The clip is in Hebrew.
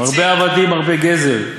מרבה עבדים, מרבה גזל.